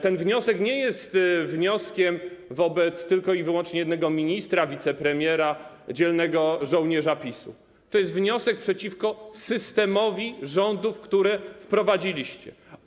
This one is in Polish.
Ten wniosek nie jest wnioskiem wobec tylko i wyłącznie jednego ministra, wicepremiera, dzielnego żołnierza PiS-u, to jest wniosek przeciwko systemowi rządów, który wprowadziliście.